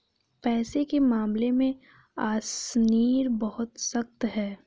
पैसे के मामले में अशनीर बहुत सख्त है